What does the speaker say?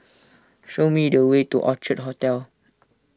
show me the way to Orchard Hotel